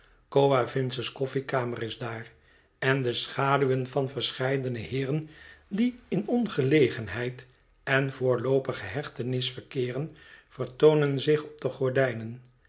coavinses koffiekamer is daar en de schaduwen van verscheiden heeren die in ongelegenheid en voorloopige hechtenis verkeeren vertoonen zich op de gordijnen